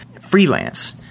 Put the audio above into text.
Freelance